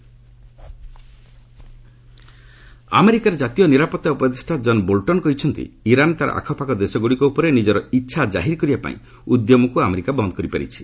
US Iran ଆମେରିକାର ଜାତୀୟ ନିରାପତ୍ତା ଉପଦେଷ୍ଟା ଜନ୍ ବୋଲ୍ଚନ୍ କହିଛନ୍ତି ଇରାନ୍ ତାର ଆଖପାଖ ଦେଶଗୁଡ଼ିକ ଉପରେ ନିଜର ଇଚ୍ଛା କାହିର କରିବା ପାଇଁ ଉଦ୍ୟମକୁ ଆମେରିକା ବନ୍ଦ କରିପାରିଛି